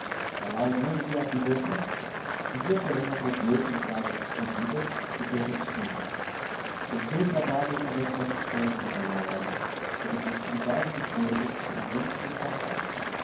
jantar lalau não ia à biblioteca um dia porem atreveu-se a entrar às escondidas e foi ter comigo suspendi o trabalho e conversamos perto de meia hora sobre uma infinidade de cousas presentes e passadas